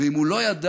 ואם הוא לא ידע